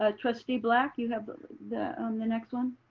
ah trustee black, you have the um the next one.